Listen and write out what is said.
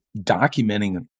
documenting